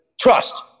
trust